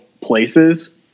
places